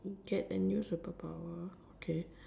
get a new superpower okay